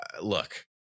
look